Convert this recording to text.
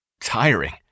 tiring